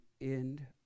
end